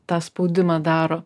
tą spaudimą daro